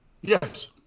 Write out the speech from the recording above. Yes